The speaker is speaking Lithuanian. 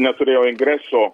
neturėjo ingreso